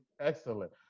excellent